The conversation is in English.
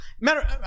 matter